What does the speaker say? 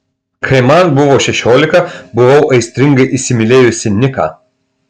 kai man buvo šešiolika buvau aistringai įsimylėjusi niką